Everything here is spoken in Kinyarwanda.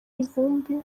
ivumbi